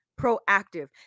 proactive